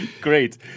Great